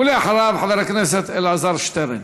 ואחריה חבר הכנסת אלעזר שטרן.